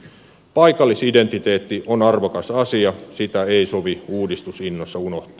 paikallisidentiteetti on arvokas asia sitä ei sovi uudistusinnossa unohtaa